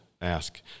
Ask